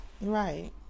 Right